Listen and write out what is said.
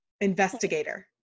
investigator